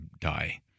die